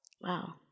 Wow